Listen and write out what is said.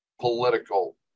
political